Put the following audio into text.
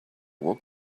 woke